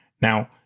Now